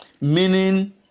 meaning